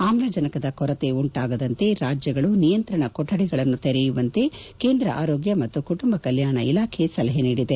ಆಮ್ಲಜನಕದ ಕೊರತೆ ಉಂಟಾಗದಂತೆ ರಾಜ್ಯಗಳು ನಿಯಂತ್ರಣ ಕೊಠಡಿಗಳನ್ನು ತೆರೆಯುವಂತೆ ಎಂದು ಕೇಂದ್ರ ಆರೋಗ್ಯ ಮತ್ತು ಕುಟುಂಬ ಕಲ್ಯಾಣ ಇಲಾಖೆ ಸಲಹೆ ನೀಡಿದೆ